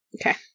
Okay